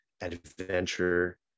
adventure